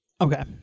Okay